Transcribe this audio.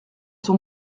son